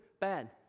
Bad